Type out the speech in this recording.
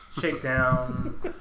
Shakedown